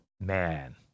man